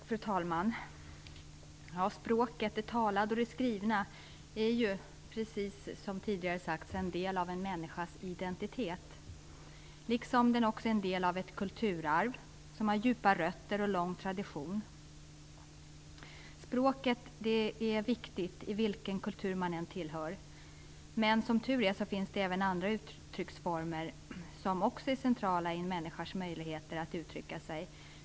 Fru talman! Språket, både det talade och det skrivna, är - precis som tidigare här sagts - en del av en människas identitet. Det är också en del av ett kulturarv som har djupa rötter och lång tradition. Språket är viktigt vilken kultur man än tillhör, men som tur är finns det även andra uttrycksformer som är centrala i en människas möjligheter att uttrycka sig.